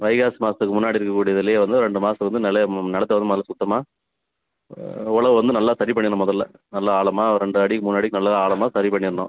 வைகாசி மாசத்துக்கு முன்னாடி இருக்கக்கூடியதிலயே வந்து ரெண்டு மாதத்துக்கு வந்து நிலய நிலத்த வந்து முதல்ல சுத்தமாக உழவு வந்து நல்ல சரி பண்ணிடணும் முதல்ல நல்ல ஆழமாக ரெண்டரை அடி மூணடிக்கு நல்ல ஆழமாக சரி பண்ணிடணும்